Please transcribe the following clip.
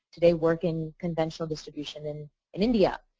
today working conventional distribution in in india.